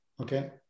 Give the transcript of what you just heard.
okay